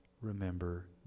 remember